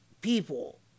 people